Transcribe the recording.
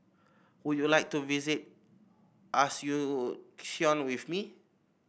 would you like to visit Asuncion with me